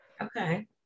okay